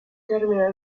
termina